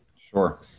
Sure